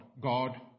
God